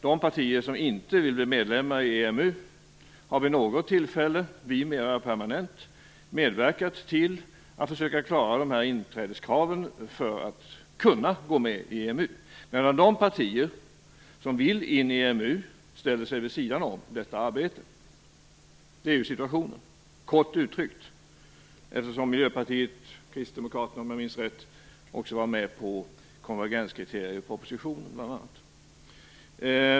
De partier som inte vill att vi skall gå med i EMU har vid något tillfälle - vi mer permanent - medverkat till att försöka klara inträdeskraven till EMU, medan de partier som vill in i EMU ställer sig vid sidan om detta arbete. Det är situationen, kort uttryckt, eftersom Miljöpartiet och Kristdemokraterna om jag minns rätt också var med på bl.a. konvergenskriteriepropositionen.